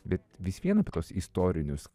bet vis vien apie tuos istorinius